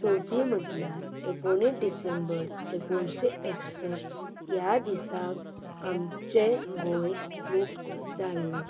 चवथी म्हटल्यार एकोणीस डिसेंबर एकोणशें एकसश्ट ह्या दिसाक आमचें गोंय मुक्त जाल्ले